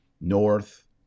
North